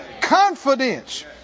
Confidence